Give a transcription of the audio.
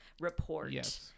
report